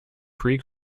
pre